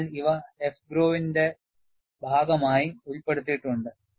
അതിനാൽ ഇവ AFGROW ന്റെ ഭാഗമായി ഉൾപ്പെടുത്തിയിട്ടുണ്ട്